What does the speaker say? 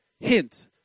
hint